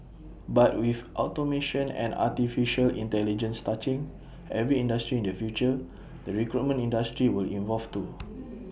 but with automation and Artificial Intelligence touching every industry in the future the recruitment industry will evolve too